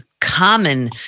common